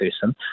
person